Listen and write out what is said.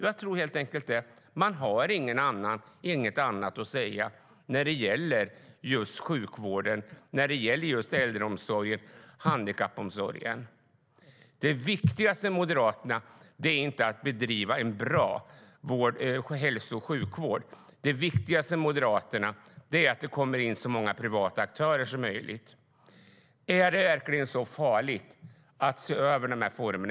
Jag tror helt enkelt att man inte har något annat att säga när det gäller just sjukvården, äldreomsorgen och handikappomsorgen. Det viktigaste för Moderaterna är inte att bedriva en bra hälso och sjukvård, utan det viktigaste för Moderaterna är att det kommer in så många privata aktörer som möjligt. Är det verkligen så farligt att se över de här formerna?